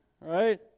right